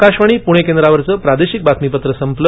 आकाशवाणी प्णे केंद्रावरचं प्रादेशिक बातमीपत्र संपलं